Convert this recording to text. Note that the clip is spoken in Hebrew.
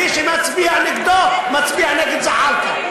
מי שמצביע נגדו, מצביע נגד זחאלקה.